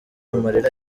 amarira